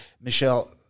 Michelle